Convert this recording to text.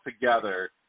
together